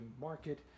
market